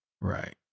Right